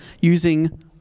using